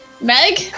Meg